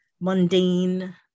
mundane